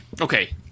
Okay